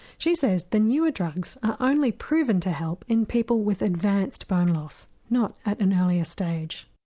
she says the newer drugs are only proven to help in people with advanced bone loss, not at an earlier stage.